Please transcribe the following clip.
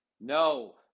No